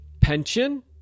pension